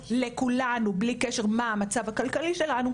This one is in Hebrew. לכולנו ללא כל קשר למה המצב הכלכלי שלנו,